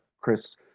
Chris